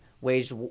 waged